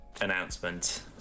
announcement